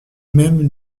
même